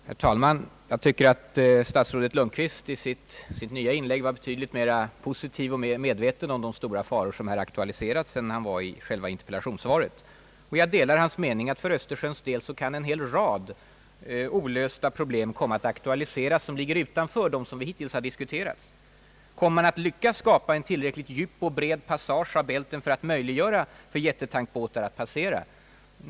Herr talman! Jag tycker att statsrådet Lundkvist i sitt nya inlägg var betydligt mer positiv och mer medveten om de stora faror som här aktualiserats än han var i själva interpellationssvaret. Jag delar hans uppfattning att för Östersjöns del en hel rad olösta problem kan komma att aktualiseras som ligger utanför dem som vi hittills diskuterat. Kommer man att lyckas skapa en tillräckligt djup och bred passage genom Bälten för att möjliggöra för jättetankbåtar att passera?